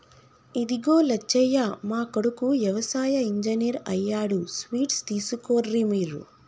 ఇదిగో లచ్చయ్య మా కొడుకు యవసాయ ఇంజనీర్ అయ్యాడు స్వీట్స్ తీసుకోర్రి మీరు